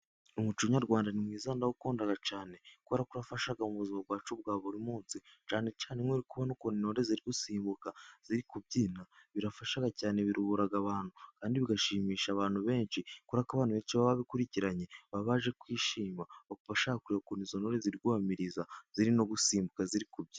Umuco nyarwanda ni mwiza ndawukunda cyane kubera ko urafasha mu buzima bwacu bwa burimunsi cyane cyane iyo uri kubona ukuntu intore ziri gusimbuka, ziri kubyina, birafasha cyane biruhura abantu kandi bigashimisha abantu benshi kubera ko abantu benshi baba babikurikiranye baba baje kwishima bashaka kureba ukuntu izo ntore ziri guhamiriza, ziri gusimbuka, ziri kubyina.